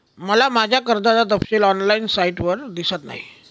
मला माझ्या कर्जाचा तपशील ऑनलाइन साइटवर दिसत नाही